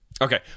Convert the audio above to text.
Okay